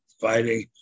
fighting